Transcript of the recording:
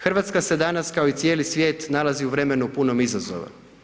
Hrvatska se danas kao i cijeli svijet nalazi u vremenu punom izazova.